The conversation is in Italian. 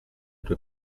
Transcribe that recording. tue